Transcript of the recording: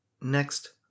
Next